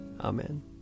Amen